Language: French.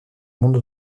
monde